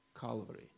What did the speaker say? Calvary